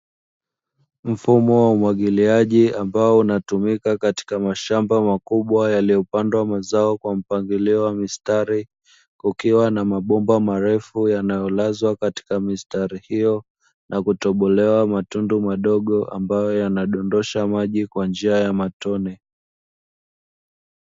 Mfumo wa umwagiliaji ambao unatumika katika mashamba makubwa yaliyopandwa mazao kwa mpangilio wa mistari, kukiwa na mabomba marefu yanayolazwa katika mistari hiyo na kutobolewa matundu madogo ambayo yanadondosha maji kwa njia ya matone.